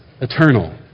eternal